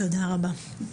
תודה רבה.